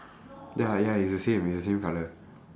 ya ya it's the same it's the same colour